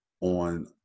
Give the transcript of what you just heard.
on